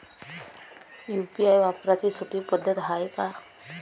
UPI वापराची सोपी पद्धत हाय का?